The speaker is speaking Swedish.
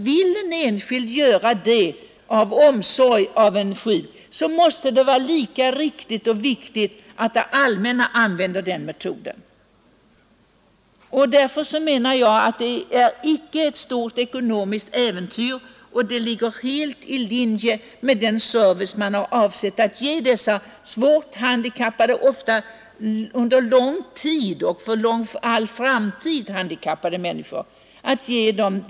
Vill en enskild göra detta av omsorg om en sjuk närstående måste det ju vara lika riktigt och viktigt att det allmänna använder den metoden. Det är inget stort ekonomiskt äventyr, och det ligger helt i linje med den service man har avsett att ge dessa svårt och ofta under lång tid, kanske för all framtid, handikappade människor.